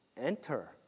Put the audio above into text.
enter